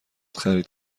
خرید